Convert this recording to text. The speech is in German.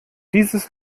dieses